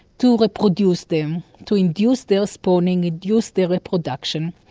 to reproduce them, to induce their spawning, induce their reproduction.